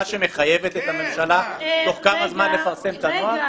שמחייבת את הממשלה תוך כמה זמן לפרסם את הנוהל?